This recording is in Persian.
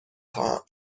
خواهم